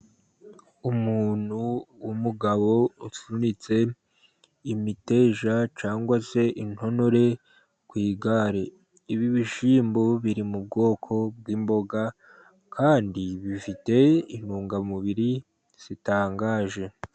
Umuntu w'umugabo usunitse imiteja cyangwa se intonore ku igare, ibi bishyimbo biri mu bwoko bw'imboga kandi bifite intungamubiri zitangaje.